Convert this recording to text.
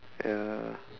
ya